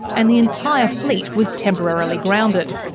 and the entire fleet was temporarily grounded.